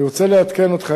אני רוצה לעדכן אותך,